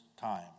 time